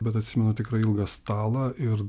bet atsimenu tikrą ilgą stalą ir